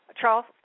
Charles